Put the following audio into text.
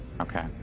Okay